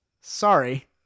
Sorry